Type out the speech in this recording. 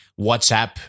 WhatsApp